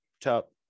top